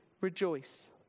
rejoice